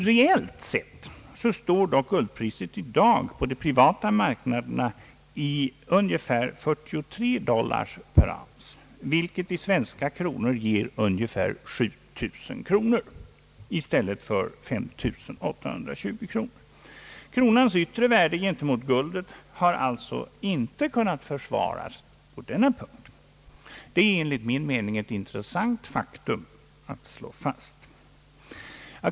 Reellt sett står dock guldpriset i dag på de privata marknaderna i ungefär 43 dollar per ounce, vilket motsvarar ungefär 7000 svenska kronor i stället för 5 820 kronor. Kronans yttre värde gentemot guldet har alltså inte kunnat försvaras. Det är enligt min mening ett intressant faktum att slå fast.